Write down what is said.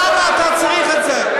למה אתה צריך את זה?